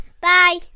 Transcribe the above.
bye